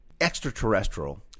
extraterrestrial